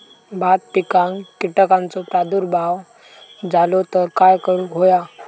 भात पिकांक कीटकांचो प्रादुर्भाव झालो तर काय करूक होया?